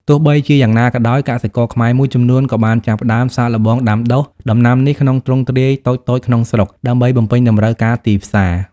ទោះបីជាយ៉ាងណាក៏ដោយ កសិករខ្មែរមួយចំនួនក៏បានចាប់ផ្តើម សាកល្បងដាំដុះ ដំណាំនេះក្នុងទ្រង់ទ្រាយតូចៗក្នុងស្រុក ដើម្បីបំពេញតម្រូវការទីផ្សារ។